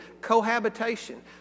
cohabitation